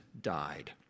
died